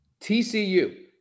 TCU